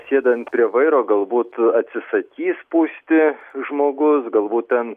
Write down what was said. sėdant prie vairo galbūt atsisakys pūsti žmogus galbūt ten